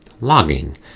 Logging